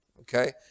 okay